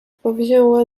powzięła